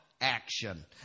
Action